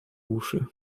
uszy